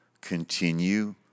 continue